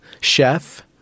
chef